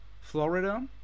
Florida